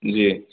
جی